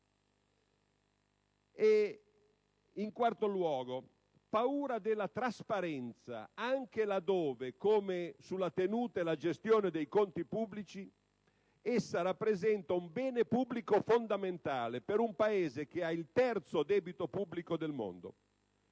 In quarto luogo, vi è la paura della trasparenza, anche là dove - come sulla tenuta e la gestione dei conti pubblici - essa rappresenta un bene pubblico fondamentale per un Paese che ha il terzo debito pubblico del mondo.